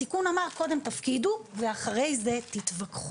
התיקון אמר קודם תפקידו ואחרי זה תיקחו.